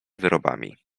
wyrobami